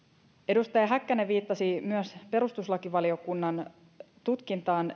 edustaja häkkänen viittasi myös perustuslakivaliokunnan tutkintaan